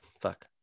fuck